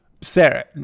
Sarah